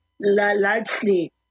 largely